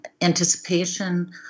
Anticipation